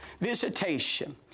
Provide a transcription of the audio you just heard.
visitation